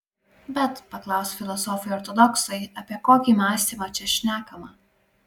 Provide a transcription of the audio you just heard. bet paklaus filosofai ortodoksai apie kokį mąstymą čia šnekama